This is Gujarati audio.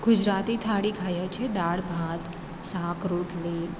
ગુજરાતી થાળી ખાઈએ છે દાળ ભાત શાક રોટલી